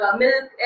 milk